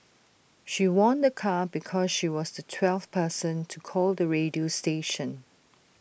she won A car because she was the twelfth person to call the radio station